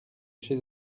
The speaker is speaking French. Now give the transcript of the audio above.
chez